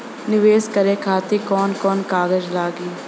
नीवेश करे खातिर कवन कवन कागज लागि?